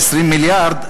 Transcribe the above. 20 מיליארד,